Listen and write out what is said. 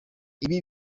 ibi